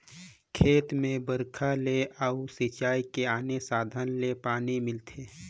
खेत में बइरखा ले अउ सिंचई के आने साधन ले पानी मिलथे